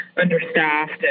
understaffed